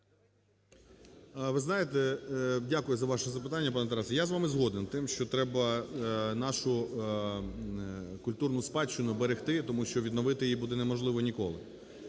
Ви знаєте… Дякую за ваше запитання, пане Тарасе. Я з вами згоден тим, що треба нашу культурну спадщину берегти, тому що відновити її буде неможливо ніколи.